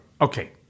Okay